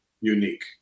unique